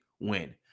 win